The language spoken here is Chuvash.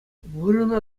вырӑна